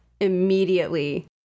immediately